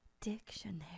dictionary